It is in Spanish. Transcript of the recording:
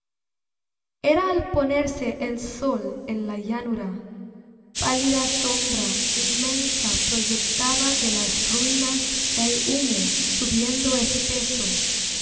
era al ponerse el sol en la llanura pálida sombra inmensa proyectaba de las ruinas el humo subiendo espeso